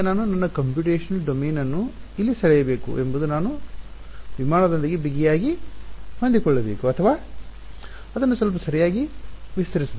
ಈಗ ನಾನು ನನ್ನ ಕಂಪ್ಯೂಟೇಶನಲ್ ಡೊಮೇನ್ ಅನ್ನು ಎಲ್ಲಿ ಸೆಳೆಯಬೇಕು ಎಂಬುದು ನಾನು ವಿಮಾನದೊಂದಿಗೆ ಬಿಗಿಯಾಗಿ ಹೊಂದಿಕೊಳ್ಳಬೇಕು ಅಥವಾ ಅದನ್ನು ಸ್ವಲ್ಪ ಸರಿಯಾಗಿ ವಿಸ್ತರಿಸಬೇಕೆ